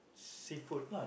seafood